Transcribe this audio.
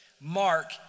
Mark